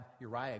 Uriah